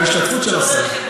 גם השתתפות של השר.